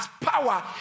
power